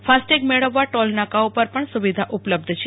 FASTag મળવવા toll નાકો પર પણ સૂવિધા ઉપલબ્ધ છે